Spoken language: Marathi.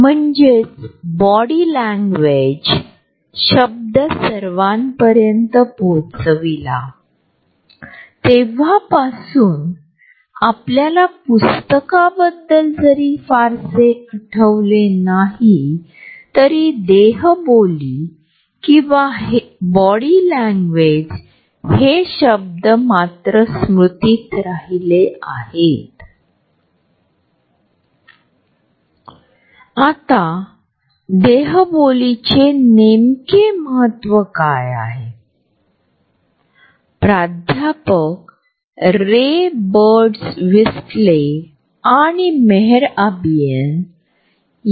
तर घरे कार्यालये इमारती शहर नियोजन तसेच शहरी नूतनीकरणातील जागांचे आयोजन ही सूक्ष्म जागेची एक नकळत रचना आहे आणि ही जागा एडवर्ड टी हॉलने संस्कृतीचे विशेष वर्णन म्हणून मानली आहे